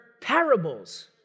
parables